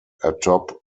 atop